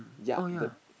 oh ya